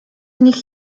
nich